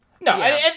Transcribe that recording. no